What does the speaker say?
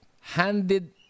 handed